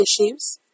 issues